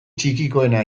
txikikoena